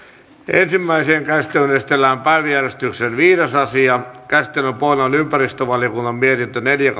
ensimmäiseen käsittelyyn esitellään päiväjärjestyksen viides asia käsittelyn pohjana on ympäristövaliokunnan mietintö neljä